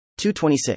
226